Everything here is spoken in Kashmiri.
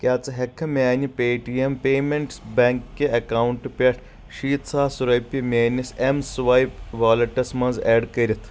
کیٛاہ ژٕ ہٮ۪کہٕ میانہِ Paytm payments bank کہِ اکاونٹہٕ پٮ۪ٹھ شیٖتھ ساس رۄپیہٕ میٲنِس ایٚم سٕوایپ ویلیٹَس منٛز ایڈ کٔرِتھ